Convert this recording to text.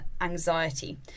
anxiety